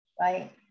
right